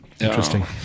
interesting